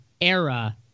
era